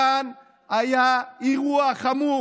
כאן היה אירוע חמור.